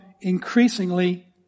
increasingly